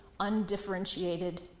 undifferentiated